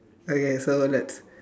okay so let's